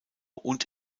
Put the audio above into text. und